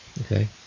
Okay